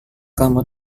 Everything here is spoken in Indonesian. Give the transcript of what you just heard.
kamu